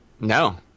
no